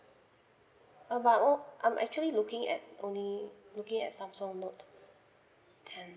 about I'm actually looking at only looking at samsung note ten